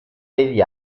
degli